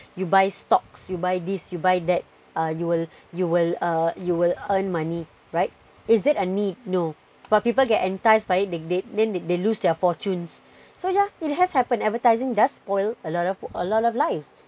you buy stocks you buy this you buy that you will you will you will earn money right is it a need no but people get enticed by it then they lose their fortunes so yeah it has happened advertising does spoil a lot of a lot of lives